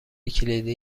کلیدی